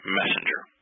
messenger